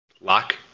Lock